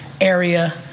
area